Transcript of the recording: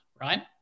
right